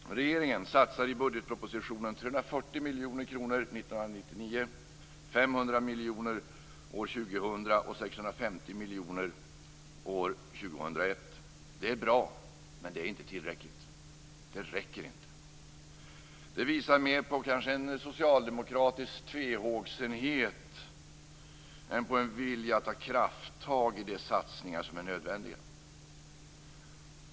Regeringen satsar i budgetpropositionen 340 miljoner kronor år 1999, 500 miljoner år 2000 och 650 miljoner år 2001. Det är bra, men det är inte tillräckligt. Det räcker inte. Det visar mer på en socialdemokratisk tvehågsenhet än på en vilja att ta krafttag i de satsningar som är nödvändiga.